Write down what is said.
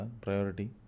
priority